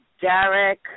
Derek